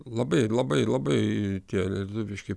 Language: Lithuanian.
labai labai labai tie lietuviški